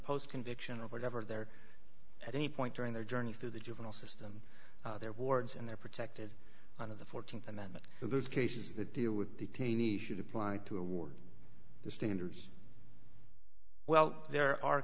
post conviction or whatever there at any point during their journey through the juvenile system they're wards and they're protected on of the th amendment so those cases that deal with detainees should apply to award the standards well there are